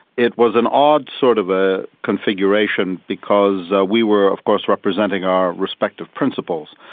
it was an odd sort of a configuration because we were of course representing our respective principles,